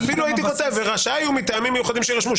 אפילו הייתי כותב שרשאי הוא מטעמים מיוחדים שיירשמו.